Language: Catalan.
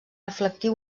reflectir